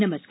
नमस्कार